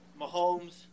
Mahomes